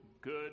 good